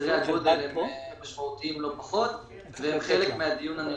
בסדרי הגודל הם משמעותיים לא פחות והם חלק מהדיון הנרחב.